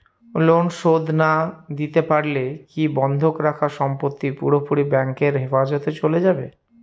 Loan শোধ না দিতে পারলে কি বন্ধক রাখা সম্পত্তি পুরোপুরি ব্যাংকের হেফাজতে চলে যাবে?